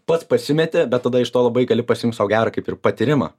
pats pasimeti bet tada iš to labai gali pasiimt sau gerą kaip ir patyrimą